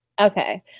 Okay